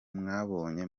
mwabonye